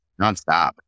nonstop